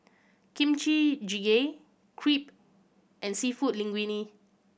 Kimchi Jjigae Crepe and Seafood Linguine